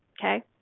Okay